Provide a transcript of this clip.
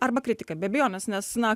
arba kritika be abejonės nes na